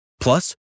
Plus